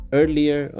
earlier